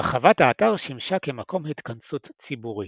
רחבת האתר שימשה כמקום התכנסות ציבורי.